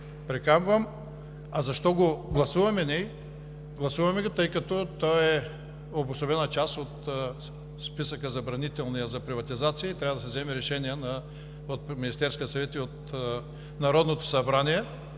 приканвам. А защо го гласуваме ние? Гласуваме го, тъй като той е обособена част от Забранителния списък за приватизация и трябва да се вземе решение от Министерския съвет и от Народното събрание.